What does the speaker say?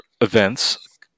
events